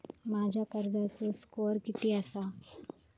माझ्या कर्जाचो स्कोअर किती आसा?